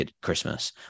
Christmas